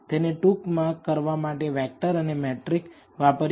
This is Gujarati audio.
તેને ટૂંકમાં કરવા માટે વેક્ટર અને મેટ્રિક વાપરીએ છીએ